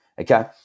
Okay